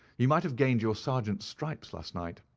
you might have gained your sergeant's stripes last night.